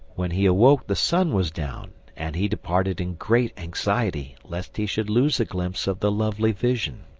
when he awoke the sun was down, and he departed in great anxiety lest he should lose a glimpse of the lovely vision.